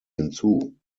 hinzu